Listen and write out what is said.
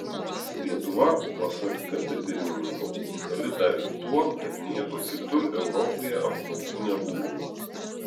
lietuva pasak kt pirmininko unikali dar ir tuo kad niekur kitur europoje apkaltų nebuvo